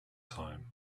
time